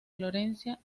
florencia